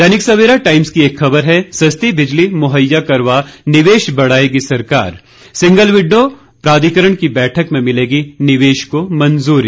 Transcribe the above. दैनिक Savera Times की एक खबर है सस्ती बिजली मुहैया करवा निवेश बढ़ाएगी सरकार सिंगल विंडो प्राधिकरण की बैठक में मिलेगी निवेश को मंजूरी